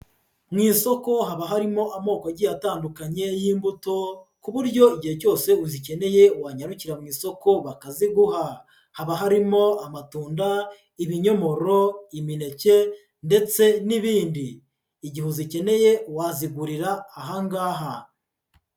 Mu isoko haba harimo amoko agiye atandukanye y'imbuto ku buryo igihe cyose uzikeneye wanyarukira mu isoko bakaziguha, haba harimo amatunda, ibinyomoro, imineke ndetse n'ibindi, igihe uzikeneye wazigurira aha ngaha.